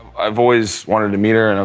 i've always wanted to meet her. and